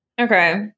Okay